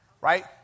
right